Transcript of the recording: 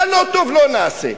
מה לא טוב, לא נעשה.